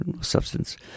Substance